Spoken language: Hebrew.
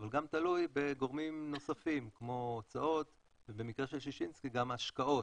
אבל גם תלוי בגורמים נוספים כמו הוצאות ובמקרה של ששינסקי גם השקעות,